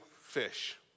fish